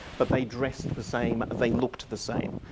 but they dressed the same, they looked the same.